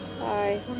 bye